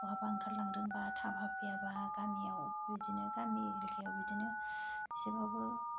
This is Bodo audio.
बहाबा ओंखारलांदोंबा थाब हाबफैयाबा गामियाव बिदिनो गामि एलेखायाव बिदिनो इसेबाबो